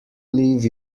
leave